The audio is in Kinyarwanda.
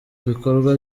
bikorwa